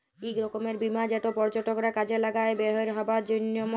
ইক রকমের বীমা যেট পর্যটকরা কাজে লাগায় বেইরহাবার ছময়